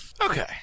Okay